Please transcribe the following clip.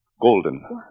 Golden